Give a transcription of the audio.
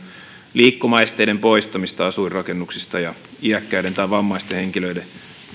liikkumaesteiden poistamista asuinrakennuksista ja iäkkäiden tai vammaisten henkilöiden